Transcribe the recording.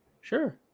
sure